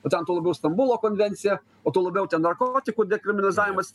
ten tuo labiau stambulo konvencija o tuo labiau ten narkotikų dekriminalizavimas